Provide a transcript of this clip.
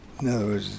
No